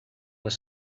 were